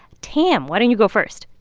tam, why don't you go first?